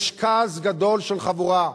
יש כעס גדול של חבורה,